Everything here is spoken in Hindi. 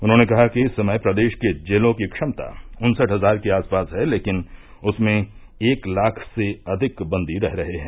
उन्होंने कहा कि इस समय प्रदेश के जेलों की क्षमता उन्सठ हजार के आसपास है लेकिन उसमें एक लाख से अधिक बन्दी रह रहे हैं